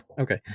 Okay